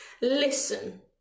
Listen